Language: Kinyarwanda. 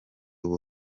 ubu